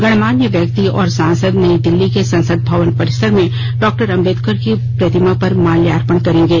गणमान्य व्यक्ति और सांसद नई दिल्ली के संसद भवन परिसर में डाक्टर आंबेडकर की प्रतिमा पर माल्यार्पण करेंगे